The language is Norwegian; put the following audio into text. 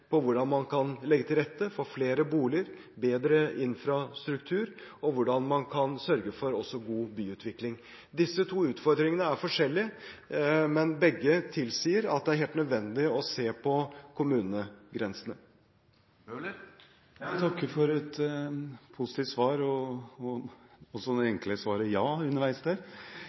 på hvordan man kan legge til rette for flere boliger og bedre infrastruktur, og hvordan man kan sørge for også god byutvikling. Disse to utfordringene er forskjellige, men begge tilsier at det er helt nødvendig å se på kommunegrensene. Jeg takker for et positivt svar – også for det enkle svaret ja underveis